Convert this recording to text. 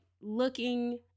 looking